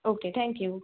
okay thank you